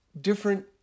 different